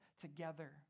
together